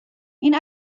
این